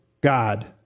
God